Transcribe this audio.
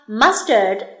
mustard